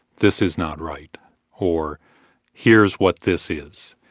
this is not right or here's what this is.